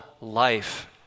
life